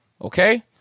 Okay